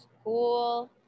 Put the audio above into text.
school